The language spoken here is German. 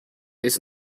ist